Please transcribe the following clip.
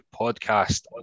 podcast